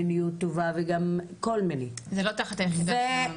מיניות טובה וכל מיני --- זה לא תחת היחידה לשוויון מגדרי.